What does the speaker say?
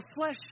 flesh